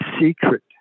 secret